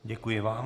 Děkuji vám.